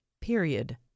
Period